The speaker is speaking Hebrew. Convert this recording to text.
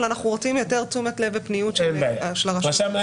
אבל אנחנו רוצים יותר תשומת לב ופניות של הרשם.